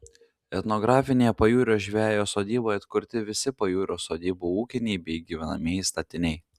etnografinėje pajūrio žvejo sodyboje atkurti visi pajūrio sodybų ūkiniai bei gyvenamieji statiniai